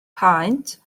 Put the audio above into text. paent